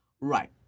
Right